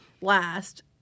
last